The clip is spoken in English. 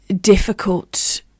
difficult